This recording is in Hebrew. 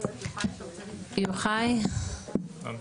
חביב פאר,